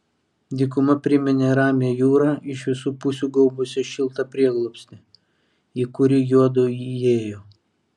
dykuma priminė ramią jūrą iš visų pusių gaubusią šiltą prieglobstį į kurį juodu įėjo